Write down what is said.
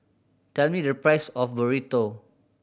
tell me the price of Burrito